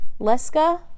Leska